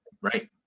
right